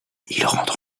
rentre